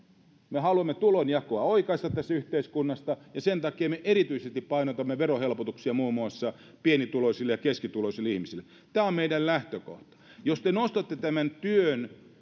me haluamme oikaista tulonjakoa tässä yhteiskunnassa ja sen takia me erityisesti painotamme verohelpotuksia muun muassa pienituloisille ja keskituloisille ihmisille tämä on meidän lähtökohtamme jos te nostatte esiin tämän työn